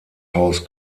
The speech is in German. haus